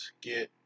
get